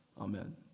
Amen